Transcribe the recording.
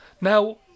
Now